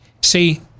See